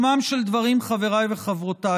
סיכומם של דברים, חבריי וחברותיי,